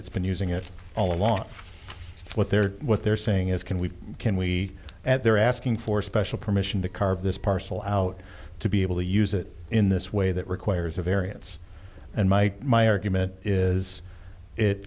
that's been using it all along what they're what they're saying is can we can we at their asking for special permission to carve this parcel out to be able to use it in this way that requires a variance and my my argument is it